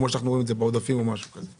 כמו שאנחנו רואים את זה בעודפים או משהו כזה.